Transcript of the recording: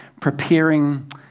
Preparing